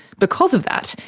because of that,